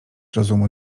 rozumu